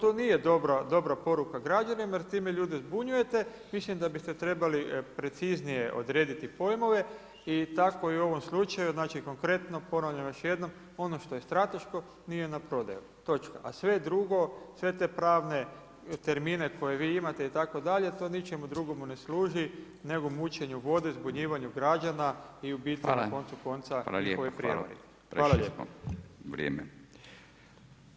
To nije dobra poruka građanima jer time ljude zbunjujete, mislim da bi ste trebali preciznije odrediti pojmove i tako u ovom slučaju da će konkretno ponavljam još jednom, ono što je strateško nije na prodaju, točka, a sve drugo, sve te pravne termine koje vi imate itd. to ničemu drugomu ne služi nego mućenju vode, zbunjivanju građana i u biti na koncu konca njihovoj prijevari.